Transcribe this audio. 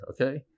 okay